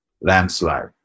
Landslide